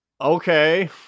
Okay